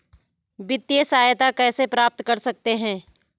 वित्तिय सहायता कैसे प्राप्त कर सकते हैं?